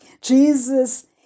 Jesus